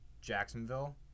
Jacksonville